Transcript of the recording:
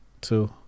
two